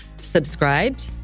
subscribed